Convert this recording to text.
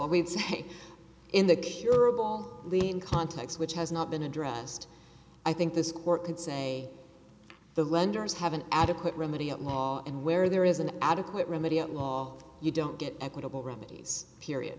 all we'd say in the curable leave in context which has not been addressed i think this court could say the lenders have an adequate remedy at law and where there is an adequate remedy at law you don't get equitable remedies period